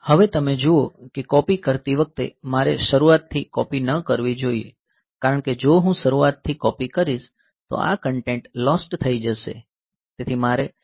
હવે તમે જુઓ કે કોપી કરતી વખતે મારે શરૂઆત થી કોપી ન કરવી જોઈએ કારણ કે જો હું શરૂઆતથી કોપી કરીશ તો આ કન્ટેન્ટ લોસ્ટ થઈ જશે તેથી મારે છેલ્લા લોકેશન થી કોપી કરવી જોઈએ